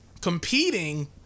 competing